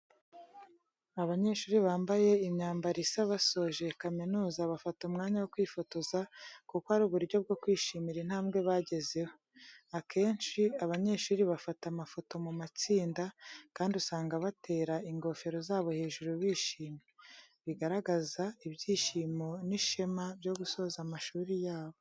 Abanyeshuri bambaye imyambaro isa basoje kaminuza bafata umwanya wo kwifotoza kuko ari uburyo bwo kwishimira intambwe bagezeho. Akenshi abanyeshuri bafata amafoto mu matsinda kandi usanga batera ingofero zabo hejuru bishimye, bigaragaza ibyishimo n'ishema byo gusoza amasomo yabo.